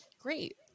great